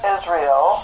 Israel